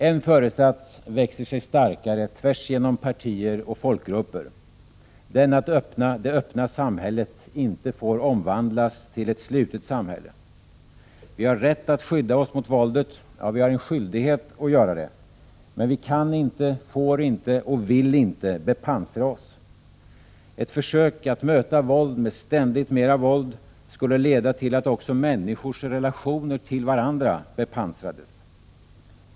En föresats växer sig starkare tvärs genom partier och folkgrupper: den att det öppna samhället inte får omvandlas till ett slutet samhälle. Vi har rätt att skydda oss mot våldet, ja, vi har en skyldighet att göra det. Men vi kan inte, får inte och vill inte bepansra oss. Ett försök att möta våld med ständigt mera våld skulle leda till att också människors relationer till varandra bepansrades.